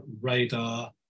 radar